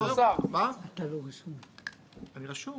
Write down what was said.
שצריך לעשות